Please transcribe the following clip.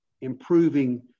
improving